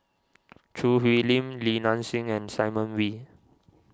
Choo Hwee Lim Li Nanxing and Simon Wee